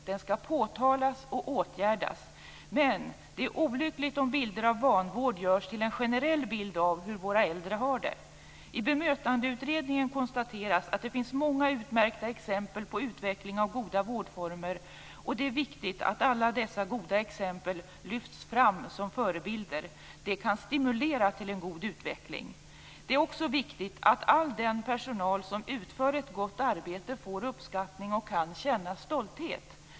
Den skall påtalas och åtgärdas, men det är olyckligt om bilder av vanvård görs till en generell bild av hur våra äldre har det. I bemötandeutredningen konstateras att det finns många utmärkta exempel på utveckling av goda vårdformer, och det är viktigt att alla dessa goda exempel lyfts fram som förebilder. Det kan stimulera till en god utveckling. Det är också viktigt att all den personal som utför ett gott arbete får uppskattning och kan känna stolthet.